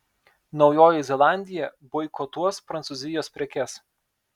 naujoji zelandija boikotuos prancūzijos prekes